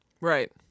Right